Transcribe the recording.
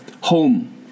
Home